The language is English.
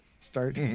start